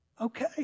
okay